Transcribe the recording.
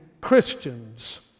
Christians